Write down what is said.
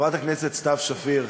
חברת סתיו שפיר,